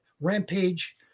Rampage